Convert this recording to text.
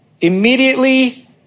Immediately